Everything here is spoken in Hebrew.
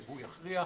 והוא יכריע.